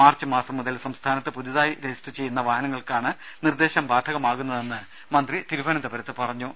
March മാസം മുതൽ സംസ്ഥാനത്ത് പുതിയതായി രജിസ്റ്റർ ചെയ്യുന്ന വാഹനങ്ങൾക്കാണ് നിർദേശം ബാധകമാകുന്നതെന്ന് മന്ത്രി തിരുവനന്തപുരത്ത് പറഞ്ഞു